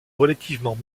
relativement